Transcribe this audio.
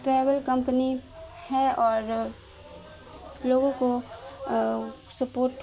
travel company ہے اور لوگوں کو سپورٹ